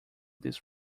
this